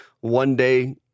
one-day